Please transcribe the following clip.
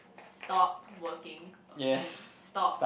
stop working and stop